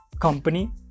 company